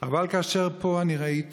אבל כאשר ראיתי